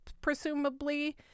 presumably